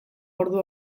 ordu